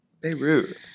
Beirut